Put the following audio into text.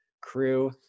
crew